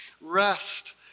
rest